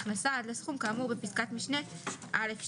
הכנסה עד לסכום כאמור בפסקת משנה (א)(2).";